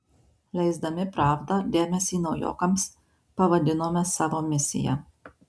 leisdami pravdą dėmesį naujokams pavadinome savo misija